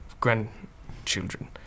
grandchildren